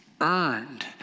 earned